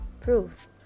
proof